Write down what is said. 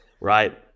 Right